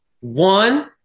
One